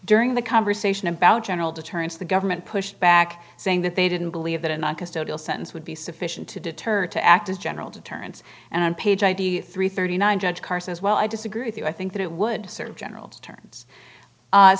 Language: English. during the conversation about general deterrence the government pushed back saying that they didn't believe that a non custodial sentence would be sufficient to deter to act as general deterrence and in page idea three thirty nine judge carr says well i disagree with you i think that it would serve general terms